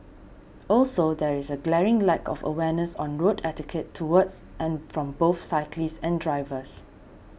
also there is a glaring lack of awareness on road etiquette towards and from both cyclists and drivers